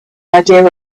idea